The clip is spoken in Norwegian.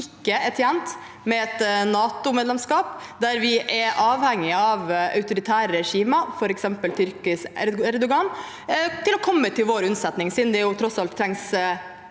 ikke er tjent med et NATO-medlemskap der vi er avhengig av autoritære regimer, f.eks. Erdogans Tyrkia, til å komme til vår unnsetning, siden det tross alt trengs